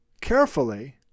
carefully